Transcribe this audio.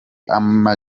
ama